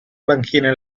banchine